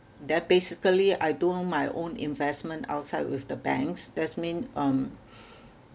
then basically I do my own investment outside with the banks that's mean um